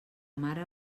mare